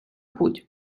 путь